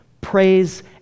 praise